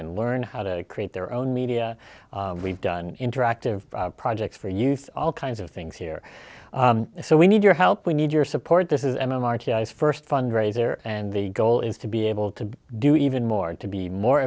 and learn how to create their own media we've done interactive projects for youth all kinds of things here so we need your help we need your support this is a march first fundraiser and the goal is to be able to do even more and to be more